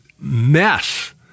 mess